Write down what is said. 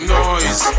noise